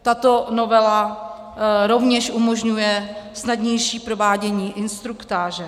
Tato novela rovněž umožňuje snadnější provádění instruktáže.